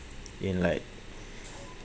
in like